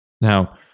Now